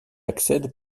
accède